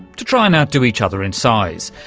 to try and outdo each other in size.